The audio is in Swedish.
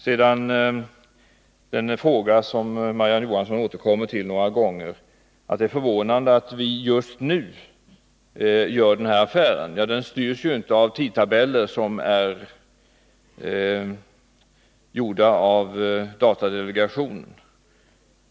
Marie-Ann Johansson återkommer några gånger till frågan varför vi gör den här affären just nu — hon anser det förvånande. Den styrs inte av tidtabeller gjorda av datadelegationen.